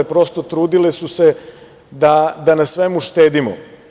Prosto, trudile su se na svemu štedimo.